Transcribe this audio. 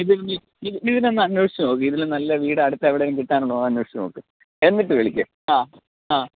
മിഥു മിഥുൻ ഒന്ന് അന്വേഷിച്ചു നോക്ക് ഇതിലും നല്ല വീട് അടുത്ത് എവിടെയെങ്കിലും കിട്ടാനുണ്ടോ എന്ന് അന്വേഷിച്ച് നോക്ക് എന്നിട്ട് വിളിക്ക് ആ ആ